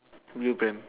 Newton